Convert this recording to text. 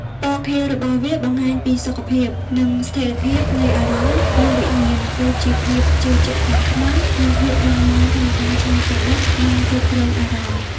ពណ៌ខៀវរបស់វាបង្ហាញពីសុខភាព និងស្ថិរភាពនៃអារម្មណ៍ និងវិញ្ញាណ ដូចជាភាពជឿជាក់ខាងក្នុង និងភាពរឹងមាំក្នុងការច្នៃប្រឌិតនិងគ្រប់គ្រងអារម្មណ៍។